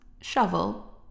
shovel